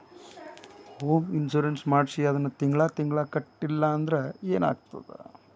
Home insurance ಮಾಡ್ಸಿ ಅದನ್ನ ತಿಂಗ್ಳಾ ತಿಂಗ್ಳಾ ಕಟ್ಲಿಲ್ಲಾಂದ್ರ ಏನಾಗ್ತದ?